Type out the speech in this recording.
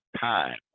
time